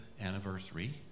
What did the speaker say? anniversary